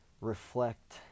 reflect